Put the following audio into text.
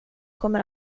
kommer